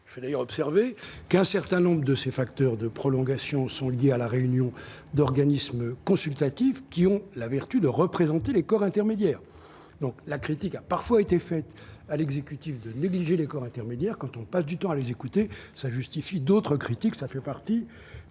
je suis d'ailleurs observé qu'un certain nombre de ces femmes. 2 heures de prolongation sont liés à la réunion d'organismes consultatifs qui ont la vertu de représenter les corps intermédiaires, donc la critique a parfois été fait à l'exécutif de négliger les corps intermédiaires, quand on passe du temps à les écouter, ça justifie d'autres critiques, ça fait partie